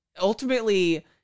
ultimately